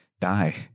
die